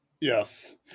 Yes